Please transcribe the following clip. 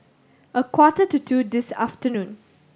a quarter to two this afternoon